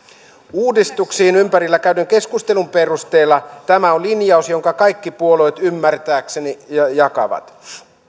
uudistuksien ympärillä käydyn keskustelun perusteella tämä on linjaus jonka kaikki puolueet ymmärtääkseni jakavat